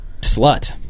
slut